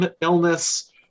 illness